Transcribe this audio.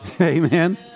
Amen